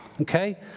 Okay